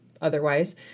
Otherwise